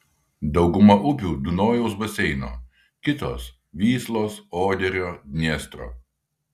dauguma upių dunojaus baseino kitos vyslos oderio dniestro